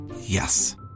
Yes